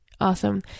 Awesome